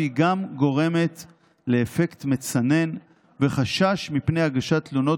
והיא גם גורמת לאפקט מצנן ולחשש מפני הגשת תלונות